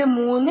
ഇത് 3